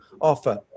offer